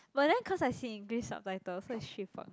but then cause I see English subtitles so it's Xu-Fong